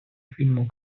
фільму